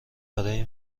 برای